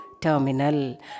terminal